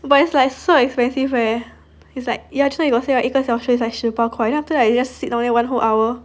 but it's like so expensive leh it is like actually what you got say right 十八块一个小时 then after that you just sit there one whole hour